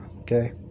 Okay